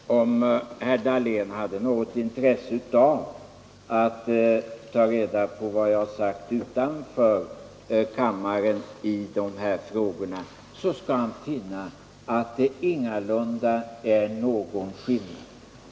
Herr talman! Om herr Dahlén har något intresse av att ta reda på vad jag har sagt utanför kammaren i de här frågorna, skall han finna att det ingalunda är någon skillnad.